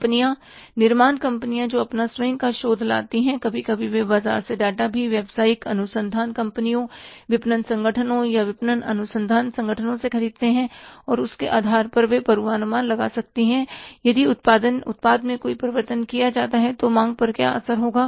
कंपनियाँ निर्माण कंपनियाँ जो अपना स्वयं का शोध लाती है कभी कभी वे बाजार से डेटा भी व्यावसायिक अनुसंधान कंपनियों विपणन संगठनों या विपणन अनुसंधान संगठनों से खरीदते हैं और उसके आधार पर वे पूर्वानुमान लगा सकती हैं कि यदि उत्पाद में कोई परिवर्तन किया जाता है तो मांग पर क्या असर होगा